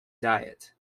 diet